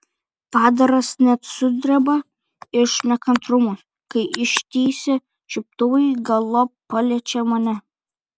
padaras net sudreba iš nekantrumo kai ištįsę čiuptuvai galop paliečia mane